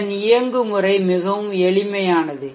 இதன் இயங்குமுறை மிகவும் எளிமையானது